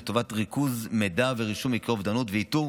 לטובת ריכוז מידע ורישום מקרי אובדנות ואיתור